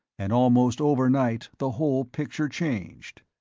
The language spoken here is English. and almost overnight the whole picture changed.